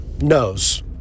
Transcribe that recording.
knows